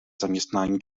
zaměstnání